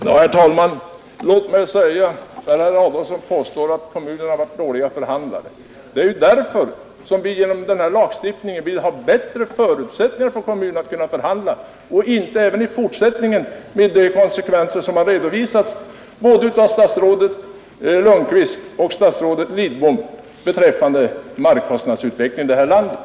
Herr talman! Herr Adolfsson påstår att kommunerna har varit dåliga förhandlare, men det är ju därför som vi genom denna lagstiftning vill ge kommunerna bättre förutsättningar att förhandla, så att de inte förhandlar dåligt även i fortsättningen, med de konsekvenser som redovisas av statsråden Lundkvist och Lidbom när det gäller markkostnadernas utveckling i det här landet.